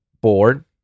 board